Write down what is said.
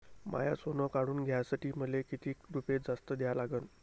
माय सोनं काढून घ्यासाठी मले कितीक रुपये जास्त द्या लागन?